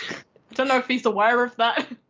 don't know if he's aware of that.